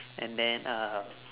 and then um